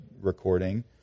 recording